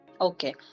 Okay